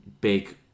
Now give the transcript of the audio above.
big